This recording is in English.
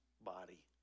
body